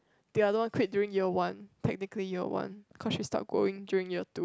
the other one quit during year one technically year one cause she stop going during year two